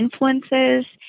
influences